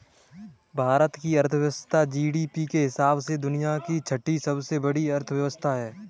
भारत की अर्थव्यवस्था जी.डी.पी के हिसाब से दुनिया की छठी सबसे बड़ी अर्थव्यवस्था है